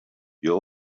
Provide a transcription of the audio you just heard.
you